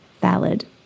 valid